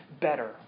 better